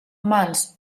mans